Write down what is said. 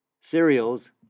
cereals